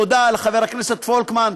תודה לחבר הכנסת פולקמן,